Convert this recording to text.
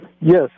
Yes